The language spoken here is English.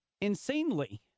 insanely